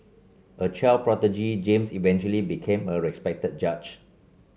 a child prodigy James eventually became a respected judge